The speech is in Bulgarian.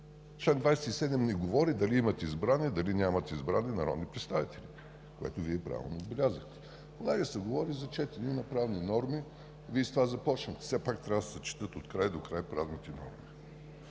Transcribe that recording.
Член 27 не говори дали имат избрани, дали нямат избрани народни представители, което Вие правилно отбелязахте. Понеже се говори за четене на правни норми и Вие с това започнахте, все пак трябва да се четат от край до край правните норми.